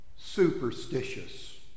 superstitious